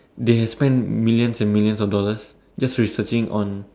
they have spent millions and millions of dollars just researching on